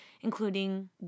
including